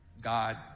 god